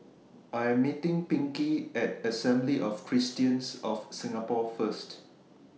I'm meeting Pinkey At Assembly of Christians of Singapore First